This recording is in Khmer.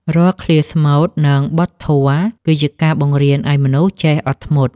រាល់ឃ្លាស្មូត និងបទធម៌ គឺជាការបង្រៀនឱ្យមនុស្សចេះអត់ធ្មត់។